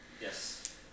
Yes